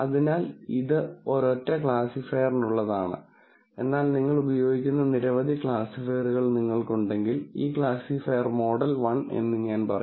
അതിനാൽ ഇത് ഒരൊറ്റ ക്ലാസിഫയറിനുള്ളതാണ് എന്നാൽ നിങ്ങൾ ഉപയോഗിക്കുന്ന നിരവധി ക്ലാസിഫയറുകൾ നിങ്ങൾക്കുണ്ടെങ്കിൽ ഈ ക്ലാസിഫയർ മോഡൽ 1 എന്ന് ഞാൻ പറയും